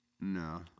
No